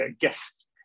guest